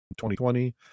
2020